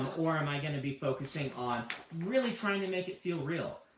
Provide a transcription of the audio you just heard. or am i going to be focusing on really trying to make it feel real.